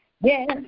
Yes